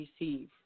receive